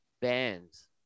bands